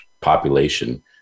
population